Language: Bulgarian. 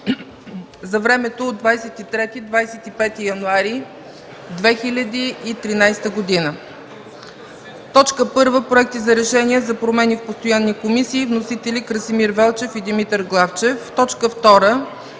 за времето от 23 до 25 януари 2013 г.: 1. Проекти за решения за промени в постоянни комисии. Вносители са Красимир Велчев и Димитър Главчев. 2.